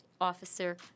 officer